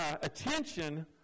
attention